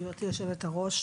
גברתי היושבת-ראש,